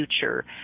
future